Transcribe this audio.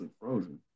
frozen